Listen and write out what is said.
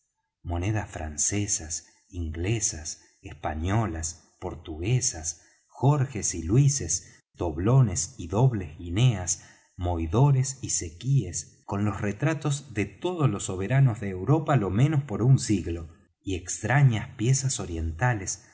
monedas francesas inglesas españolas portuguesas jorges y luises doblones y dobles guineas moidores y zequíes con los retratos de todos los soberanos de europa lo menos por un siglo y extrañas piezas orientales